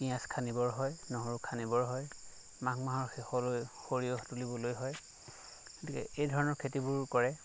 পিয়াঁজ খান্দিবৰ হয় নহৰু খান্দিবৰ হয় মাঘ মাহৰ শেষলৈ সৰিয়হ তুলিবলৈ হয় গতিকে এই ধৰণৰ খেতিবোৰ কৰে